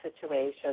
situations